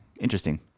interesting